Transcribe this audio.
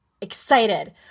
excited